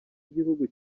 igihugu